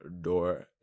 door